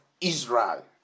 Israel